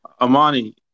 Amani